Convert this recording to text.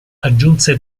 aggiunse